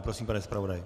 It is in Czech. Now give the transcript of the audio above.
Prosím, pane zpravodaji.